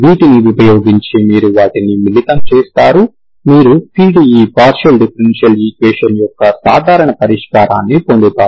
వాటిని ఉపయోగించి మీరు వాటిని మిళితం చేస్తారు మీరు PDE పార్షియల్ డిఫరెన్షియల్ ఈక్వేషన్స్ యొక్క సాధారణ పరిష్కారాన్ని పొందుతారు